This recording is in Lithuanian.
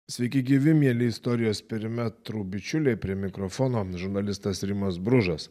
sveiki gyvi mieli istorijos perimetrų bičiuliai prie mikrofono žurnalistas rimas bružas